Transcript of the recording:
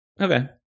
okay